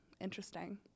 interesting